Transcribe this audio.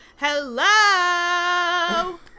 Hello